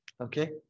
Okay